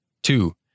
Two